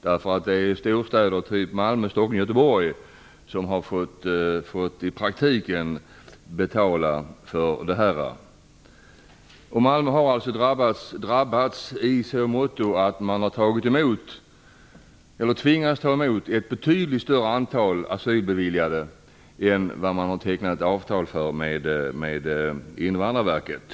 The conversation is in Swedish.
Det är storstäderna, t.ex. Malmö, Stockholm och Göteborg, som i praktiken har fått betala. Malmö har drabbats i så måtto att man har tvingats ta emot ett betydligt större antal personer som har beviljats asyl än vad man tecknat avtal för med Invandrarverket.